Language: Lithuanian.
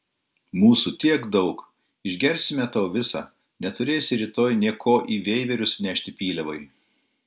mūsų tiek daug išgersime tau visą neturėsi rytoj nė ko į veiverius nešti pyliavai